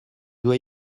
dois